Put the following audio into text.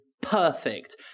perfect